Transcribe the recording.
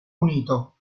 unito